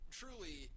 truly